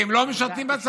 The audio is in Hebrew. כי הם לא משרתים בצבא,